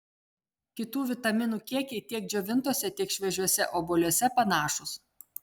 kitų vitaminų kiekiai tiek džiovintuose tiek šviežiuose obuoliuose panašūs